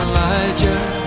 Elijah